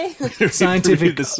Scientific